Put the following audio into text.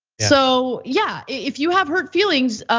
so yeah, if you have hurt feelings,